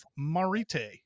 marite